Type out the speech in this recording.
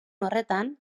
horretan